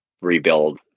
rebuild